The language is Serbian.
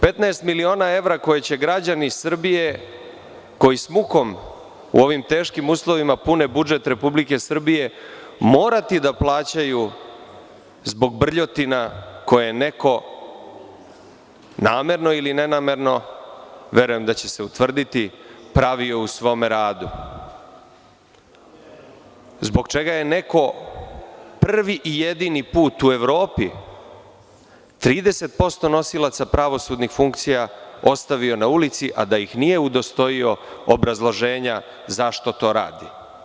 Petnaest miliona evra koje će građani Srbije, koji sa mukom u ovim teškim uslovima pune budžet RS morati da plaćaju zbog brljotina koje je neko namerno ili nenamerno, verujem da će se utvrditi, pravio u svom radu, zbog čega je neko prvi put u Evropi 30% nosilaca pravosudni funkcija ostavio na ulici a da ih nije udostojio obrazloženja zašto to radi.